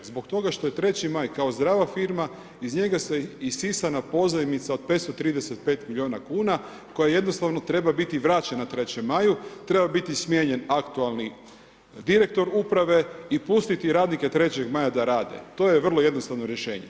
Zbog toga što je Treći Maj kao zdrava firma, iz njega je isisana pozajmica od 535 milijuna kuna koja jednostavno treba biti vraćena Trećem Maju, treba biti smijenjen aktualni direktor uprave i pustiti radnike Trećeg Maja da rade, to je vrlo jednostavno rješenje.